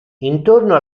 intorno